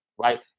Right